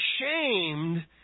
shamed